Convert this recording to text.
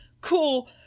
cool